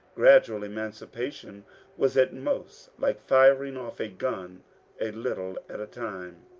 gradual emancipation was at most like firing off a gun a little at a time.